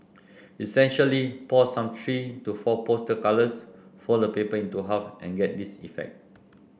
essentially pour some three to four poster colours fold the paper into half and get this effect